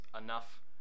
enough